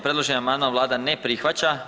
Predloženi amandman vlada ne prihvaća.